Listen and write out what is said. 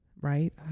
Right